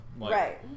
right